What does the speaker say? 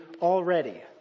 already